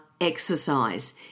exercise